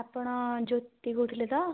ଆପଣ ଜ୍ୟୋତି କହୁଥିଲେ ତ